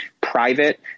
private